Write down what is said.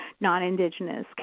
non-Indigenous